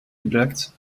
gebruikt